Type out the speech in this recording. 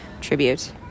tribute